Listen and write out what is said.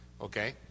Okay